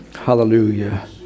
Hallelujah